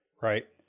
right